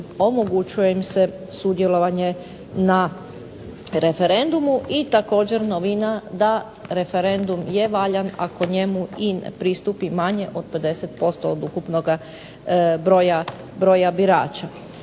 omogućuje im se sudjelovanje na referendumu. I također novina da referendum je valjan ako njemu i ne pristupi manje od 50% od ukupnoga broja birača.